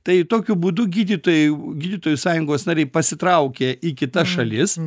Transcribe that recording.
tai tokiu būdu gydytojai gydytojų sąjungos nariai pasitraukė į kitas šalis